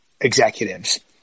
executives